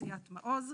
אוכלוסיית מעוז.